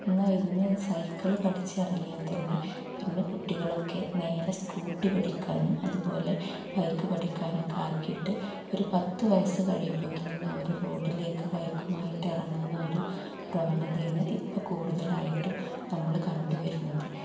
എന്നാൽ ഇന്ന് സൈക്കിള് പഠിച്ചിറങ്ങിയാൽ തന്നെ പിന്നെ കുട്ടികളൊക്കെ നേരെ സ്കൂട്ടി പഠിക്കാനും അതുപോലെ ബൈക്ക് പഠിക്കാനൊക്കെയായിട്ട് ഒരു പത്ത് വയസ്സ് കഴിയുമ്പോത്തിന് തന്നെ അവർ റോഡിലേക്ക് ബൈക്കുമായിട്ട് ഇറങ്ങുന്ന ഒരു പ്രവണതയാണ് ഇപ്പം കൂടുതലായിട്ടും നമ്മൾ കണ്ട് വരുന്നത്